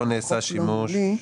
לחוק העיקרי,